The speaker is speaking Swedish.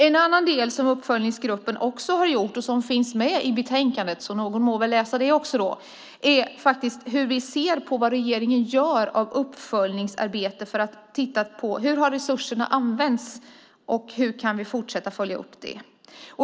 En annan del som uppföljningsgruppen också har arbetat med och som finns med i betänkandet - så någon må väl läsa det också då - är faktiskt hur vi ser på vad regeringen gör av uppföljningsarbete för att titta på hur resurserna har använts och hur vi kan fortsätta att följa upp det.